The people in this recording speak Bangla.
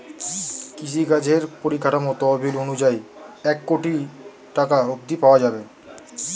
কৃষিকাজের পরিকাঠামো তহবিল অনুযায়ী এক কোটি টাকা অব্ধি পাওয়া যাবে